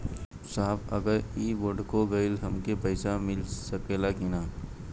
साहब अगर इ बोडखो गईलतऽ हमके पैसा मिल सकेला की ना?